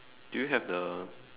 do you have the